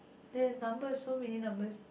there number so many numbers